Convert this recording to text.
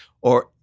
or-